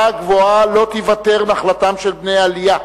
הגבוהה לא תיוותר נחלתם של בני העלייה,